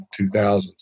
2000s